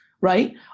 right